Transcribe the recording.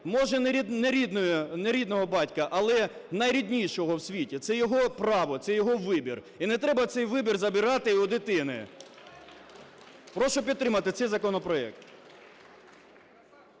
може, не рідного батька, але найріднішого в світі, це його право, це його вибір. І не треба цей вибір забирати у дитини. Прошу підтримати цей законопроект.